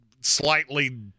slightly